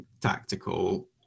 tactical